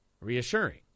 Reassuring